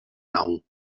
nau